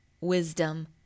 wisdom